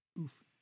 Oof